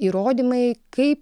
įrodymai kaip